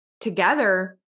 together